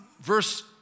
Verse